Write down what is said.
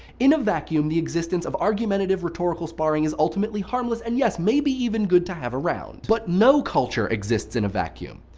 in a vacuum, the existence of argumentative rhetorical sparring is ultimately harmless and, yes, maybe even good to have around. but no culture exists in a vacuum.